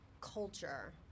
culture